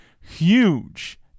huge